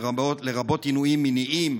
לרבות עינויים מיניים,